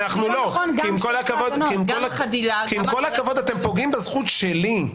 כי עם כל הכבוד אתם פוגעים בזכות שלי.